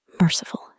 merciful